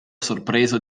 sorpreso